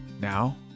Now